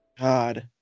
God